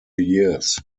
years